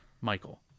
Michael